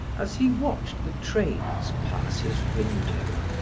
as he watched the trains pass his window,